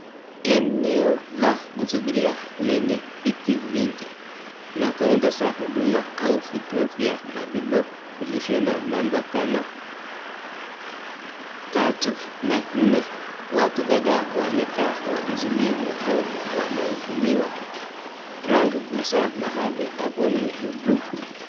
Eneo la kusubiria lenye viti vingi na counter za huduma au vituo vya malipo vilivyo na number kama tatu na nne. Watu kadhaa wamekaa wakisubiri au wanahudumiwa, rangi kuu za mahali hapa ni buluu.